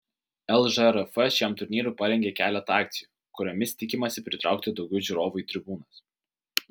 lžrf šiam turnyrui parengė keletą akcijų kuriomis tikimasi pritraukti daugiau žiūrovų į tribūnas